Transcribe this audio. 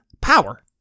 power